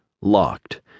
Locked